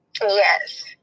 Yes